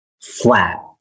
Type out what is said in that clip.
flat